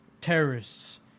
terrorists